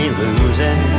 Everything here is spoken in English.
losing